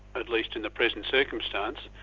at least in the present circumstance.